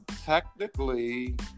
technically